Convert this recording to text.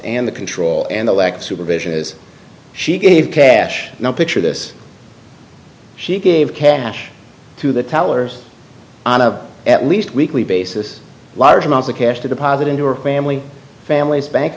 and the control and the lack of supervision is she gave cash no picture this she gave cash to the tellers on a at least weekly basis large amounts of cash to deposit into her family family's bank